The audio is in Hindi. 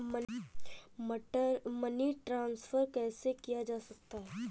मनी ट्रांसफर कैसे किया जा सकता है?